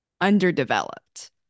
underdeveloped